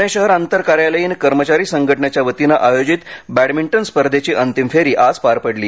प्णे शहर आंतर कार्यालयीन कर्मचारी संघनटेच्यावतीनं आयोजित बॅडमिंटन स्पर्धेंची अंतिम फेरी आज पार पडली